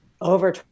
over